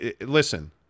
listen